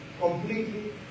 completely